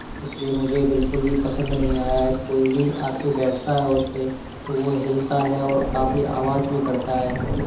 इसलिए मुझे बिल्कुल भी पसंद नहीं आया है कोई भी आके बैठता है उसपे तो वो हिलता है और काफ़ी आवाज़ भी करता है